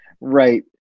Right